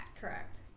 correct